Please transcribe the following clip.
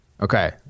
Okay